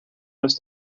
was